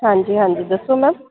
ਹਾਂਜੀ ਹਾਂਜੀ ਦੱਸੋ ਮੈਮ